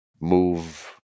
move